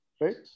right